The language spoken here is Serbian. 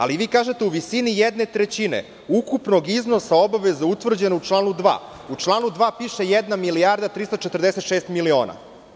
Ali, vi kažete - u visini jedne trećine ukupnog iznosa obaveza utvrđenih u članu 2. U članu 2. piše jedna milijarda i 346 miliona.